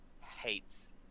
hates